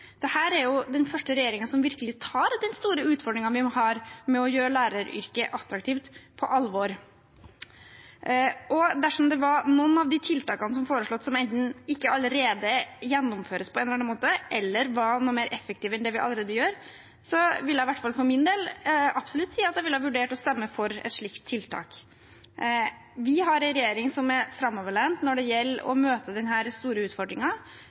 den første regjeringen som virkelig tar den store utfordringen vi har med å gjøre læreryrket attraktivt, på alvor. Dersom det var noen av de tiltakene som er foreslått som enten ikke allerede gjennomføres på en eller annen måte, eller var mer effektive enn dem vi allerede har, vil jeg hvert fall for min del absolutt si at jeg ville ha vurdert å stemme for et slikt tiltak. Vi har en regjering som er framoverlent når det gjelder å møte denne store